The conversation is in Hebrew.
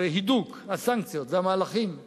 והידוק הסנקציות, אלה המהלכים הבין-לאומיים,